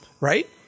right